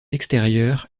extérieur